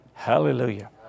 Hallelujah